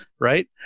right